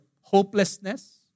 hopelessness